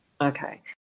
Okay